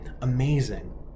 amazing